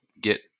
get